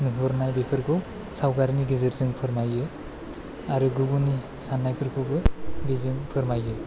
नुहरनाय बेफोरखौ सावगारिनि गेजेरजों फोरमायो आरो गुबुननि साननायफोरखौबो बेजों फोरमायो